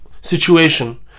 situation